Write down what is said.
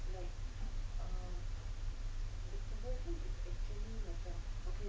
just depression kadang-kadang datang enam bulan later sekali